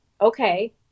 okay